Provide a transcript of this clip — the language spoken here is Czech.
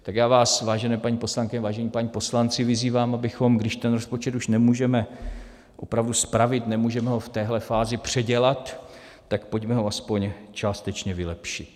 Tak já vás, vážené paní poslankyně, vážení páni poslanci, vyzývám, abychom, když ten rozpočet už nemůžeme opravdu spravit, nemůžeme ho v téhle fázi předělat, tak ho pojďme aspoň částečně vylepšit.